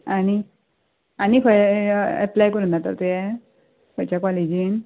आनी आनी खंय एप्लाय करून तुवें खंयच्या कॉलेजीन